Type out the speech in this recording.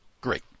Great